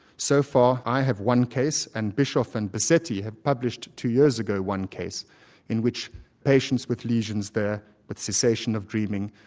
so far i have one case and bischoff and busetti have published two years ago one case in which patients with lesions there with cessation of dreaming,